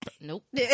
Nope